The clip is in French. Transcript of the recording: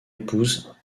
épouse